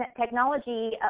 technology